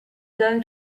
going